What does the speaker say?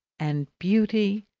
and beauty.